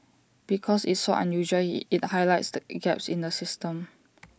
because it's so unusual IT highlights the in gaps in the system